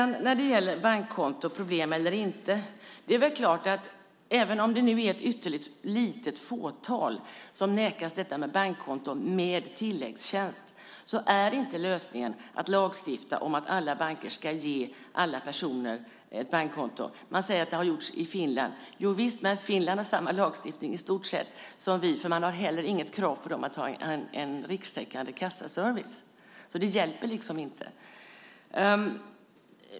När det gäller bankkontoproblem vill jag säga att även om det är ett ytterligt litet fåtal som nekas bankkonto med tilläggstjänst är inte lösningen att lagstifta om att alla banker ska ge alla personer bankkonto. Man säger att det har gjorts i Finland. Visst, men Finland har i stort sett samma lagstiftning som vi, för man har heller inget krav om en rikstäckande kassaservice. Det hjälper alltså inte.